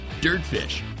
Dirtfish